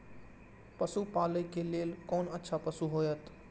पशु पालै के लेल कोन अच्छा पशु होयत?